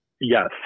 Yes